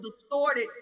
distorted